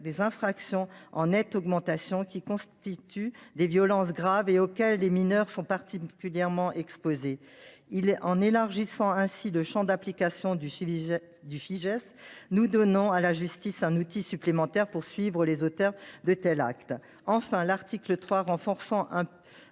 d’infractions en nette augmentation, qui constituent des violences graves auxquelles les mineurs sont particulièrement exposés. En élargissant ainsi le champ d’application du Fijais, nous donnons à la justice des outils supplémentaires pour suivre les auteurs de tels actes. Enfin, l’article 3 renforce un